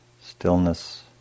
stillness